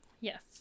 Yes